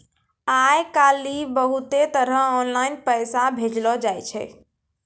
आय काइल बहुते तरह आनलाईन पैसा भेजलो जाय छै